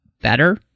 better